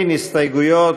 אין הסתייגויות,